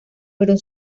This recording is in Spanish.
fueron